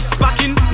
Sparking